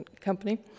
company